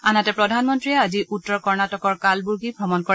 আনহাতে প্ৰধানমন্ত্ৰীয়ে আজি উত্তৰ কৰ্ণাটকত কালবুৰ্গি ভ্ৰমণ কৰে